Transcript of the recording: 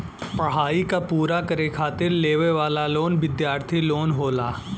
पढ़ाई क पूरा करे खातिर लेवे वाला लोन विद्यार्थी लोन होला